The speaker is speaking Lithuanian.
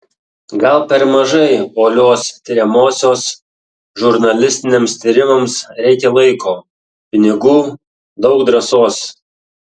gal per mažai uolios tiriamosios žurnalistiniams tyrimams reikia laiko pinigų daug drąsos